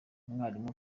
umwarimu